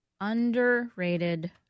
Underrated